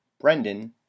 brendan